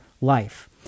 life